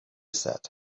said